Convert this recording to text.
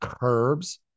herbs